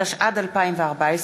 התשע"ד 2014,